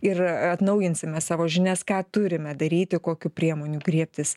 ir atnaujinsime savo žinias ką turime daryti kokių priemonių griebtis